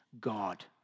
God